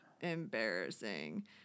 embarrassing